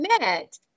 met